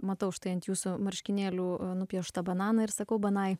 matau štai ant jūsų marškinėlių nupieštą bananą ir sakau banai